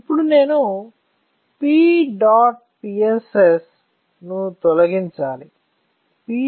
ఇప్పుడు నేను PEDOTPSS ను తొలగించాలి